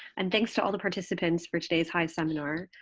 and thanks to all the participants for today's hai seminar.